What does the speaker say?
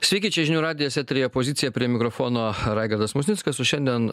sveiki čia žinių radijas eteryje pozicija prie mikrofono raigardas musnickas o šiandien